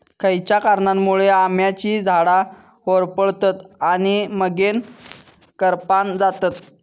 खयच्या कारणांमुळे आम्याची झाडा होरपळतत आणि मगेन करपान जातत?